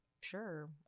Sure